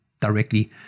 directly